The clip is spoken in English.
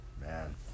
man